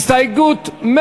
אין הסתייגויות.